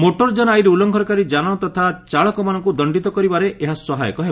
motor ଯାନ ଆଇନ ଉଲ୍କଂଘନକାରୀ ଯାନ ତଥା ଚାଳକମାନଙ୍କୁ ଦଶ୍ତିତ କରିବାରେ ଏହା ସହାୟକ ହେବ